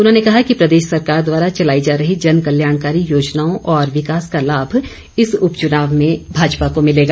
उन्होंने कहा कि प्रदेश सरकार द्वारा चलाई जा रही जनकल्याणकारी योजनाओं और विकास का लाभ इस उपचुनाव में भाजपा को मिलेगा